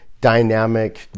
dynamic